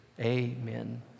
Amen